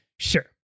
Sure